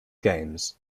games